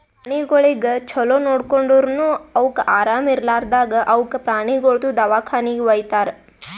ಪ್ರಾಣಿಗೊಳಿಗ್ ಛಲೋ ನೋಡ್ಕೊಂಡುರನು ಅವುಕ್ ಆರಾಮ ಇರ್ಲಾರ್ದಾಗ್ ಅವುಕ ಪ್ರಾಣಿಗೊಳ್ದು ದವಾಖಾನಿಗಿ ವೈತಾರ್